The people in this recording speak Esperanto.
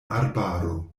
arbaro